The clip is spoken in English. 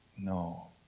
no